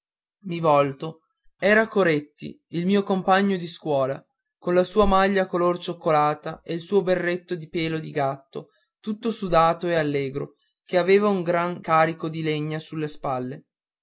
mi volto era coretti il mio compagno di scuola con la sua maglia color cioccolata e il suo berretto di pelo di gatto tutto sudato e allegro che aveva un gran carico di legna sulle spalle